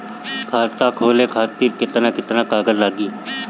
खाता खोले खातिर केतना केतना कागज लागी?